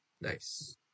Nice